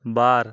ᱵᱟᱨ